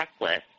checklist